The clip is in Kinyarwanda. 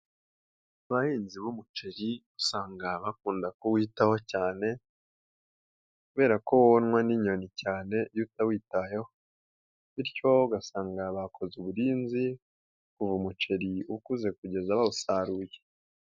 Abahinzi b'umuceri usanga bakunda kuwitaho cyane kubera ko wonwa n'inyoni cyane iyo utawitayeho bityo ugasanga bakoze uburinzi kuva umuceri ukuze kugeza bawusaruye.